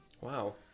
Wow